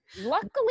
Luckily